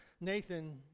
Nathan